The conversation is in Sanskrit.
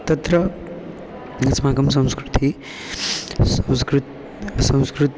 तत्र अस्माकं संस्कृतिः संस्कृ संस्कृतं